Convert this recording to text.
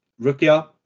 Rukia